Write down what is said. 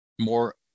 More